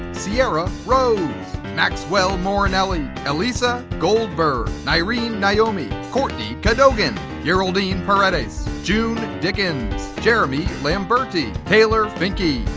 sierra rose. maxwell morinelli. elysa goldberg. nyrin naomi. courtney cadogan. yeraldine paredes. june dickens. jeremy lamberti. taylor finke.